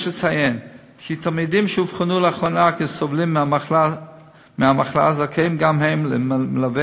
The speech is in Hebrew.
יש לציין כי תלמידים שאובחנו לאחרונה כסובלים מהמחלה זכאים גם הם למלווה